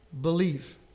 believe